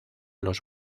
los